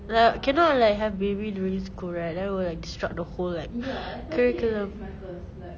like cannot like have baby during school right that will like disrupt the whole like curriculum